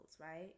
right